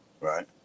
Right